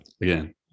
Again